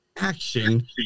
action